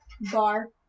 Bar